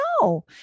no